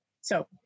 So-